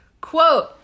quote